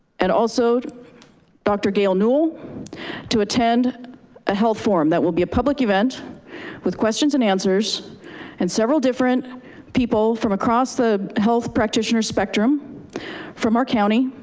and also dr. gail newel to attend a health forum, that will be a public event with questions and answers and several different people from across the health practitioner spectrum from our county